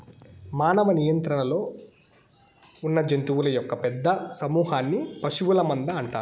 మానవ నియంత్రణలో ఉన్నజంతువుల యొక్క పెద్ద సమూహన్ని పశువుల మంద అంటారు